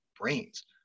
brains